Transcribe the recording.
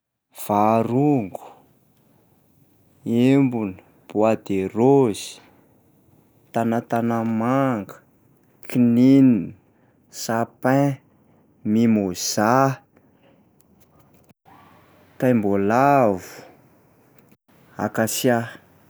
Varongo, embona, bois de rose, tanatanamanga, kininina, sapin, mimôza, taimboalavo, akasia.